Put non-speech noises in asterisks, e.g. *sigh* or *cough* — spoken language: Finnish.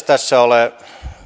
*unintelligible* tässä ole